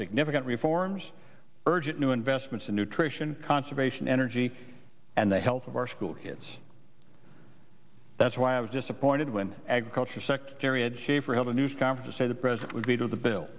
significant reforms urgent new investments in nutrition conservation energy and the health of our school kids that's why i was disappointed when agriculture secretary and schaefer held a news conference say the president would veto the bill